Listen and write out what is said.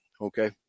Okay